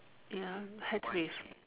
ya hacks with